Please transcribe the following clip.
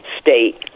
state